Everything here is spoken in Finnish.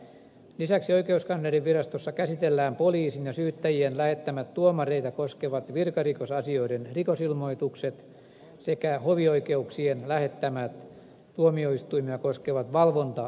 lisäksi oikeuskanslerinvirastossa käsitellään poliisin ja syyttäjien lähettämät tuomareita koskevat virkarikosasioiden rikosilmoitukset sekä hovioikeuksien lähettämät tuomioistuimia koskevat valvontailmoitukset